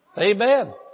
Amen